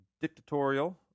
dictatorial